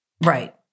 Right